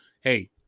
hey